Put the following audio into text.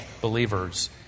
believers